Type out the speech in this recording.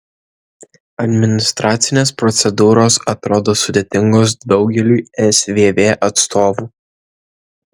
administracinės procedūros atrodo sudėtingos daugeliui svv atstovų